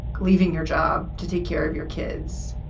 leaving your job to take care of your kids,